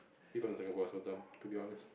people in Singapore are so dumb to be honest